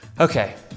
Okay